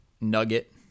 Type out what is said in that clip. nugget